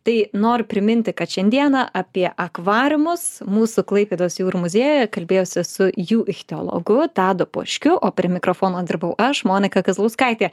tai noriu priminti kad šiandieną apie akvariumus mūsų klaipėdos jūrų muziejuje kalbėjosi su jų ichtiologu tado poškiu o prie mikrofono dirbau aš monika kazlauskaitė